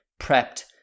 prepped